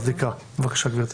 נקרא את הנוסח, בבקשה גברתי.